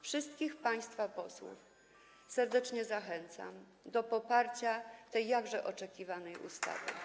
Wszystkich państwa posłów serdecznie zachęcam do poparcia tej jakże oczekiwanej ustawy.